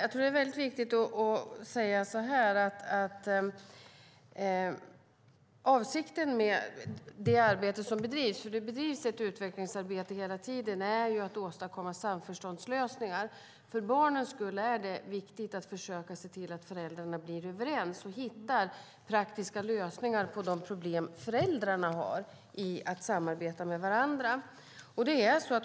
Fru talman! Avsikten med det utvecklingsarbete som hela tiden bedrivs är att åstadkomma samförståndslösningar. För barnens skull är det viktigt att försöka se till att föräldrarna blir överens och hittar praktiska lösningar på sina problem med att samarbeta med varandra.